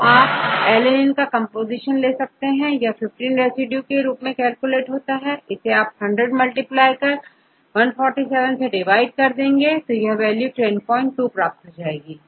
तो आपALANINE का कंपोजिशन ले सकते हैं यह15 रेसिड्यू के रूप में कैलकुलेट होता है इसे 100मल्टीप्लाय कर 147 से डिवाइड करते हैं तो यह वैल्यू 102 प्राप्त हो जाती है